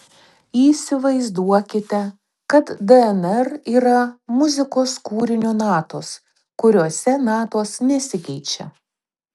įsivaizduokite kad dnr yra muzikos kūrinio natos kuriose natos nesikeičia